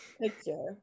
picture